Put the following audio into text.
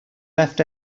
left